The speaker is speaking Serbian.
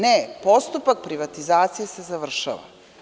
Ne, postupak privatizacije se završava.